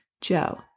Joe